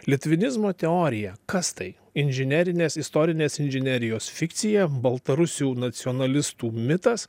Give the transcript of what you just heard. litvinizmo teorija kas tai inžinerinės istorinės inžinerijos fikcija baltarusių nacionalistų mitas